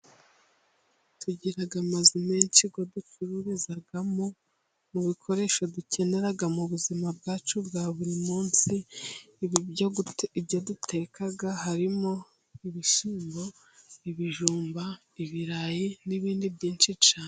Tugira amazu menshi ducururizamo ibikoresho dukenera mu buzima bwacu bwa buri munsi, ibyo duteka harimo: ibishimbo, ibijumba, ibirayi n'ibindi byinshi cyane.